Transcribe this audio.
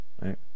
right